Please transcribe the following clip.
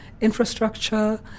infrastructure